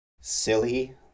Silly